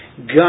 God